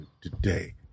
today